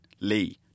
Lee